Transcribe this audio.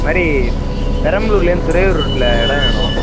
இது மாதிரி பெரம்பலூர்லேருந்து துறையூர் ரூட்டில் இடம் வேணும்